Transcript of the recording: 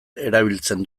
erabiltzen